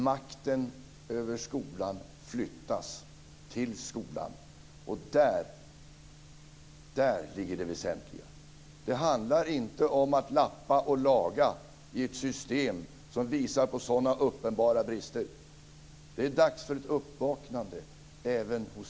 Makten över skolan flyttas till skolan, och där ligger det väsentliga. Det handlar inte om att lappa och laga i ett system som visar på sådana uppenbara brister. Det är dags för ett uppvaknande även hos